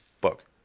book